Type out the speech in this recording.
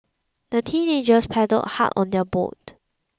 the teenagers paddled hard on their boat